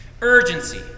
urgency